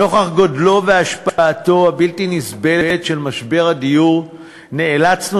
נוכח גודלו והשפעתו הבלתי-נסבלת של משבר הדיור נאלצנו